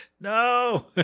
No